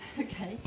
Okay